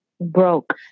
broke